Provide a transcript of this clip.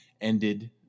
ended